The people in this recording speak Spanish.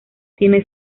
tiene